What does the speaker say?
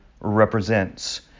represents